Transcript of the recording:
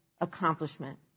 accomplishment